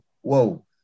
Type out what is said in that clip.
whoa